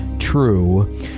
true